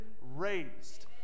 raised